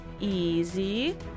easy